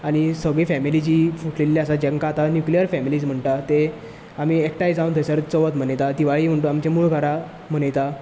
आनी सगळीं फेमिली जी फुटलेल्ली आसा जांकां आतां न्युक्लियर फेमिली म्हणटात ते आमी एकठांय जावन थंयसर चवथ मनयतात दिवाळी म्हण आमच्या मूळ घरा मनयतात